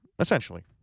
essentially